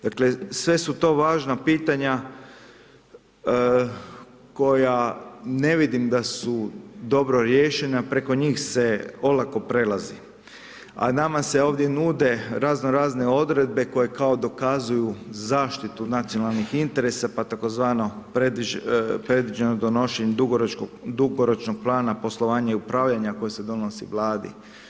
Dakle, sve su to važna pitanja koja ne vidim da su dobro riješena, preko njih se olako prelazi, a nama se ovdje nude razno razne odredbe koje kao dokazuju zaštitu nacionalnih interesa, pa tzv. predviđeno donošenje dugoročnog plana poslovanja i upravljanja koje se donosi Vladi.